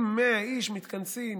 אם 100 איש מתכנסים,